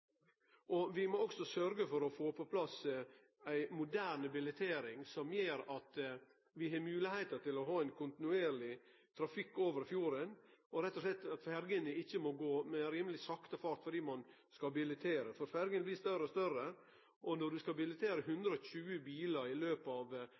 dårleg. Vi må også sørgje for å få på plass eit moderne billetteringssystem som gjer at vi har moglegheiter til å ha ein kontinuerleg trafikk over fjorden og slik at ferjene ikkje må gå med sakte fart fordi ein skal billettere. Ferjene blir større og større, og når ein skal